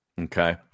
Okay